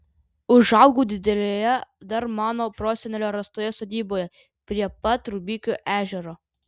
užaugau didelėje dar mano prosenelio ręstoje sodyboje prie pat rubikių ežero